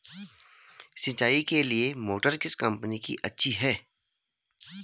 सिंचाई के लिए मोटर किस कंपनी की अच्छी है?